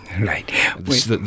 Right